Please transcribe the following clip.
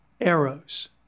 arrows